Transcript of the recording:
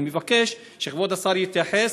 אני מבקש שכבוד השר יתייחס.